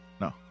No